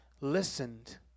listened